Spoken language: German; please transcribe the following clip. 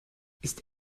ist